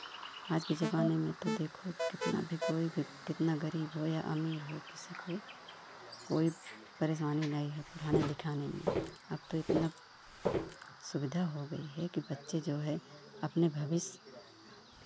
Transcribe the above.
आज की ज़माने में तो देखो कितना भी कोई भी कितना ग़रीब हो या अमीर हो किसी को कोई परेशानी नहीं है पढ़ाने लिखाने में अब तो इतना सुविधा हो गई है कि बच्चे जो है अपने भविष्य